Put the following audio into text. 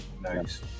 nice